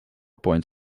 point